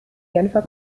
genfer